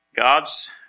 God's